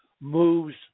moves